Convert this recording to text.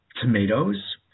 tomatoes